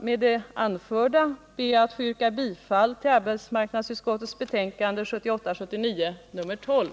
Med det anförda ber jag att få yrka bifall till arbetsmarknadsutskottets hemställan i betänkandet 1978/79:12.